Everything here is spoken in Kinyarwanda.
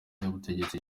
butegetsi